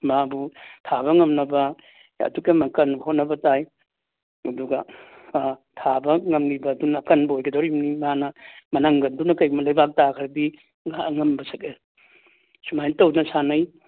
ꯃꯥꯕꯨ ꯊꯥꯕ ꯉꯝꯅꯕ ꯑꯗꯨꯛꯀꯤ ꯀꯟꯅ ꯍꯣꯠꯅꯕ ꯇꯥꯏ ꯑꯗꯨꯒ ꯊꯥꯕ ꯉꯝꯃꯤꯕ ꯑꯗꯨꯅ ꯀꯟꯕ ꯑꯣꯏꯒꯗꯨꯔꯤꯕꯅꯤ ꯃꯥꯅ ꯃꯅꯪꯒꯟꯗꯨꯅ ꯀꯔꯤꯒꯨꯝꯕ ꯂꯩꯕꯥꯛ ꯇꯥꯈ꯭ꯔꯕꯗꯤ ꯑꯉꯝꯕ ꯁꯛꯑꯦ ꯁꯨꯃꯥꯏ ꯇꯧꯗꯅ ꯁꯥꯟꯅꯩ